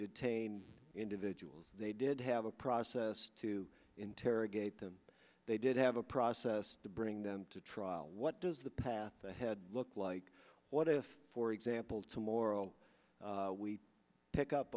detain individuals they did have a process to interrogate them they did have a process to bring them to trial what does the path ahead look like what if for example to morrow we pick up